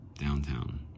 downtown